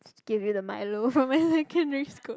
still with the milo from where secondary school